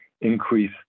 increase